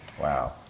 Wow